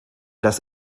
das